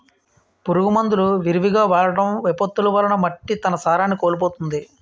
పురుగు మందులు విరివిగా వాడటం, విపత్తులు వలన మట్టి తన సారాన్ని కోల్పోతుంది